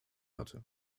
hatte